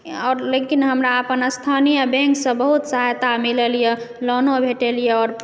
आओर लेकिन हमरा अपन स्थानीय बैङ्कसँ बहुत सहायता मिलल यऽ लोनो भेटल यऽ